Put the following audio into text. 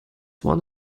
one